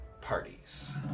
parties